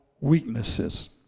weaknesses